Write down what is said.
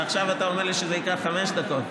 ועכשיו אתה אומר לי שזה ייקח חמש דקות.